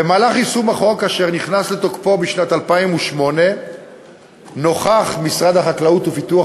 במהלך יישום החוק אשר נכנס לתוקפו בשנת 2008 נוכח משרד החקלאות ופיתוח